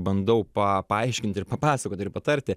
bandau pa paaiškinti ir papasakoti ir patarti